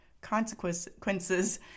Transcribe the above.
consequences